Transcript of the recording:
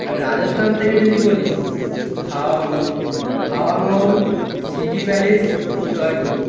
রাজস্থান থেকে যদি বলি হাওয়া হাওয়া মহল সিটি প্যালেস জয়পুর